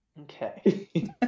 Okay